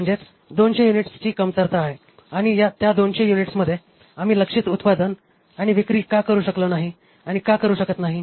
म्हणजे 200 युनिट्सची कमतरता आहे आणि त्या 200 युनिट्समध्ये आम्ही लक्ष्यित उत्पादन आणि विक्री का करू शकलो नाही आणि का करू शकत नाही